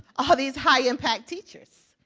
ah these high-impact teachers.